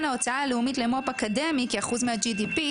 ההוצאה הלאומית למו"פ אקדמי כאחוז מה-GDP,